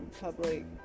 public